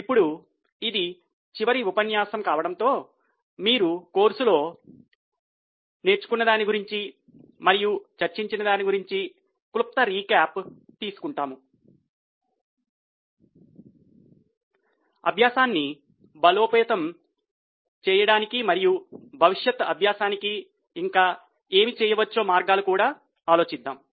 ఇప్పుడు ఇది చివరి ఉపన్యాసం కావడంతో మీరు కోర్సులో నేర్చుకున్నదాని గురించి మనము చర్చించిన దాని గురించి క్లుప్త రీక్యాప్ తీసుకుంటాము అభ్యాసాన్ని బలోపేతం చేయడానికి మరియు భవిష్యత్ అభ్యాసానికి ఇంకా ఏమి చేయవచ్చో మార్గాలు కూడా ఆలోచిద్దాం